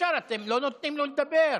מעורבות מיידית,